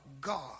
God